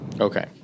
Okay